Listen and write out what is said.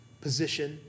position